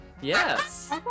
Yes